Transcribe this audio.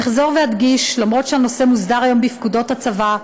אחזור ואדגיש: למרות שהנושא מוסדר היום בפקודות הצבא,